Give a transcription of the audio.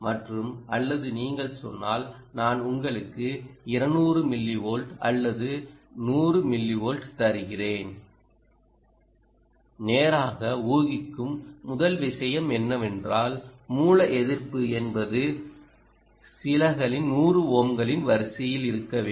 மற்றும் அல்லது நீங்கள் சொன்னால் நான் உங்களுக்கு 200 மில்லிவோல்ட் அல்லது 100 மில்லிவோல்ட் தருகிறேன் நேராக ஊகிக்கும் முதல் விஷயம் என்னவென்றால் மூல எதிர்ப்பு என்பது சில 100ஓம்களின் வரிசையில் இருக்க வேண்டும்